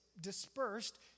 dispersed